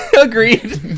Agreed